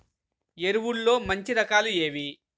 ఎరువుల్లో మంచి రకాలు ఏవి?